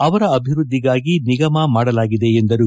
ಅವರ ಅಭಿವೃದ್ದಿಗಾಗಿ ನಿಗಮ ಮಾಡಲಾಗಿದೆ ಎಂದರು